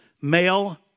male